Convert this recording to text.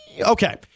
Okay